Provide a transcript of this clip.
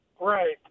Right